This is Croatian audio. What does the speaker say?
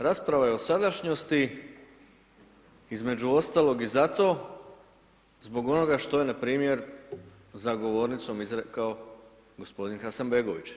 Rasprava je o sadašnjosti, između ostalog i zato zbog onoga što je, npr. za govornicom izrekao gospodin Hasanbegović.